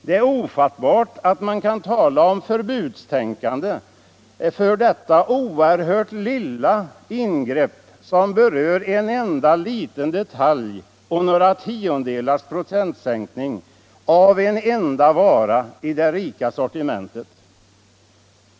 Det är ofattbart att man kan tala om förbudstänkande i samband med detta lilla ingrepp som berör en enda liten detalj och en sänkning av alkoholprocenten med några tiondelar i en enda vara i det rika sortimentet.